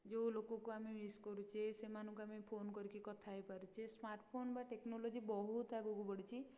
ଯେଉଁ ଲୋକଙ୍କୁ ଆମେ ମିସ୍ କରୁଛେ ସେମାନଙ୍କୁ ଆମେ ଫୋନ୍ କରିକି କଥା ହେଇ ପାରୁଛେ ସ୍ମାର୍ଟଫୋନ୍ ବା ଟେକ୍ନୋଲୋଜି ବହୁତ ଆଗକୁ ବଢ଼ିଛି